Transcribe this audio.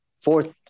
Fourth